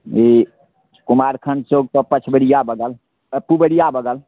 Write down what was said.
जी कुमारखंड चौकपर पछवरिआ बगल पुवरिआ बगल